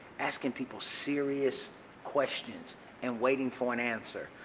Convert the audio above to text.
asking people serious questions and waiting for an answer.